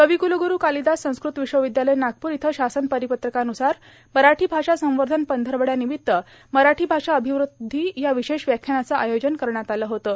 कविकुलगुरू कालिदास संस्कृत विश्वविद्यालय नागपूर इथं शासनपरिपत्रकानुसार मराठी भाषा संवर्धन पंधरवडयानिमित्त मराठी भाषा अभिवृद्धी या विशेष व्याख्यानाचं आयोजन करण्यात आलं होतं